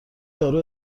دارو